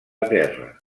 terra